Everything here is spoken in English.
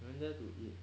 I went there to eat